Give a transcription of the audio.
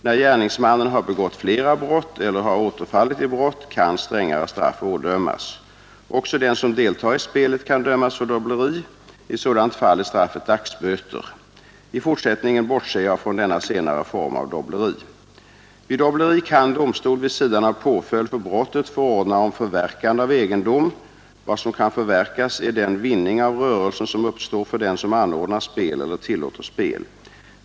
När gärningsmannen har begått flera brott eller har återfallit i brott, kan strängare straff å dömas. Också den som deltar i spelet kan dömas för dobbleri. I sådant fall är straffet dagsböter. I fortsättningen bortser jag från denna senare form av dobbleri. Vid dobbleri kan domstol, vid sidan av påföljd för brottet, förordna om förverkande av egendom, Vad som kan förverkas är den vinning av rörelsen som uppstår för den som anordnar spel eller tillåter spel.